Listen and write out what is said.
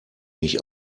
mich